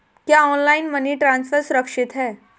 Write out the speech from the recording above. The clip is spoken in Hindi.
क्या ऑनलाइन मनी ट्रांसफर सुरक्षित है?